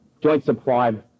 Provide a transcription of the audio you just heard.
joint-supplied